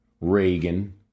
Reagan